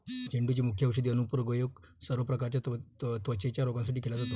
झेंडूचे मुख्य औषधी अनुप्रयोग सर्व प्रकारच्या त्वचेच्या रोगांसाठी केला जातो